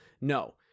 no